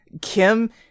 Kim